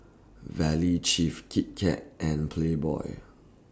Valley Chef Kit Kat and Playboy